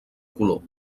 color